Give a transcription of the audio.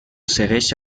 segueix